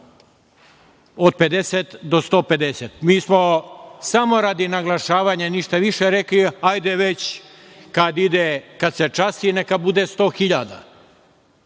od 50 do 150 hiljada. Mi smo samo radi naglašavanja, ništa više, rekli - hajde već kad se časti, neka bude 100